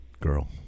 Girl